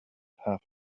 half